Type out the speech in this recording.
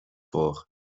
voor